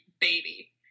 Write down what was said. baby